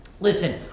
listen